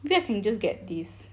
maybe I can just get this